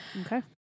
Okay